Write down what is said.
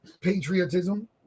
patriotism